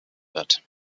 wird